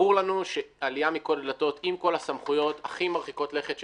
זה ברור לנו שעלייה מכל הדלתות עם כל הסמכויות הכי מרחיקות לכת שנעשה,